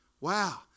Wow